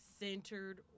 centered